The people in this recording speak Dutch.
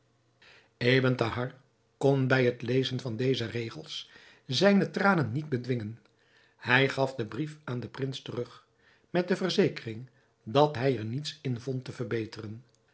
thahar kon bij het lezen van deze regels zijne tranen niet bedwingen hij gaf den brief aan den prins terug met de verzekering dat hij er niets in vond te verbeteren